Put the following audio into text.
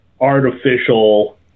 artificial